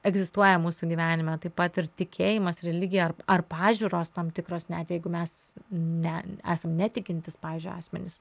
egzistuoja mūsų gyvenime taip pat ir tikėjimas religija ar ar pažiūros tam tikros net jeigu mes ne esam netikintys pavyzdžiui asmenys